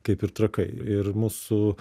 kaip ir trakai ir mūsų